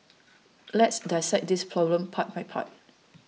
let's dissect this problem part by part